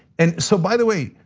and so by the way,